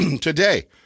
today